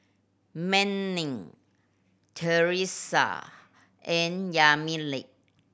Manning Theresa and Yamilet